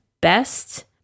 best